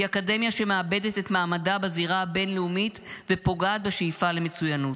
היא אקדמיה שמאבדת את מעמדה בזירה הבין-לאומית ופוגעת בשאיפה למצוינות.